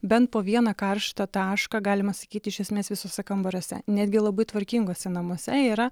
bent po vieną karštą tašką galima sakyti iš esmės visuose kambariuose netgi labai tvarkinguose namuose yra